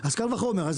קל וחומר.